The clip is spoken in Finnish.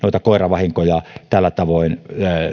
koiravahinkoja tällä tavoin